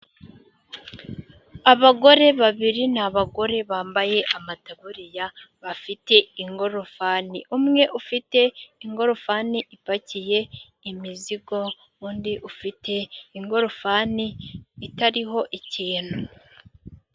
Abagore babiri n'abagore bambaye amataburiya, bafite ingorofani, umwe ufite ingorofani ipakiye imizigo, undi ufite ingorofani itariho ikintu.